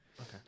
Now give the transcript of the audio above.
Okay